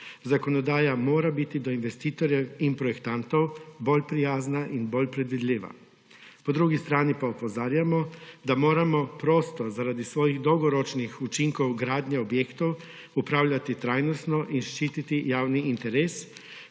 Zakonodaja mora biti do investitorjev in projektantov bolj prijazna in bolj predvidljiva. Po drugi strani pa opozarjamo, da moramo prostor zaradi svojih dolgoročnih učinkov gradnje objektov upravljati trajnostno in ščititi javni interes,